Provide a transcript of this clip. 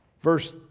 Verse